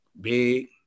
Big